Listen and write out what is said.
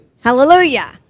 Hallelujah